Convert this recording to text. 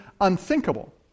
unthinkable